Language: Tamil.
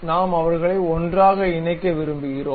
நாம் அவர்களை ஒன்றாக இணைக்க விரும்புகிறோம்